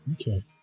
okay